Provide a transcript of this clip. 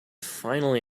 finally